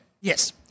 Yes